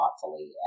thoughtfully